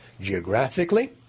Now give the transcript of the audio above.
geographically